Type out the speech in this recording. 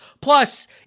plus